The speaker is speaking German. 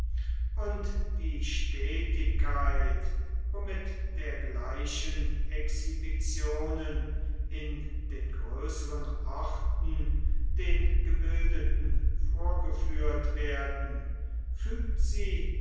und die stetigkeit womit dergleichen exhibitionen in den größeren orten den gebildeten vorgeführt werden fügt sie